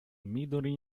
midori